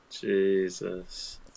Jesus